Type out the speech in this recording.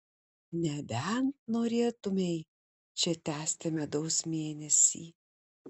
nebent norėtumei čia tęsti medaus mėnesį